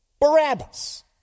Barabbas